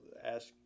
Ask